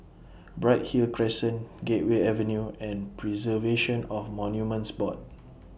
Bright Hill Crescent Gateway Avenue and Preservation of Monuments Board